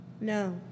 No